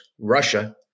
Russia